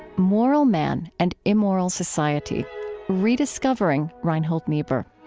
moral man and immoral society rediscovering reinhold niebuhr.